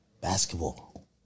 Basketball